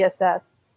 ESS